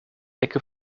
ecke